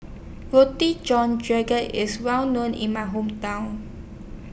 Roti John IS Well known in My Hometown